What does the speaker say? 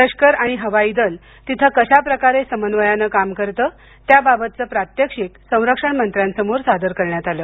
लष्कर आणि हवाई दल तिथं कशाप्रकारे समन्वयानं काम करतं त्या बाबतचं प्रात्यक्षिक संरक्षण मंत्र्यांसमोर सादर करण्यात आलं